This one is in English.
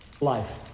Life